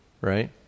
right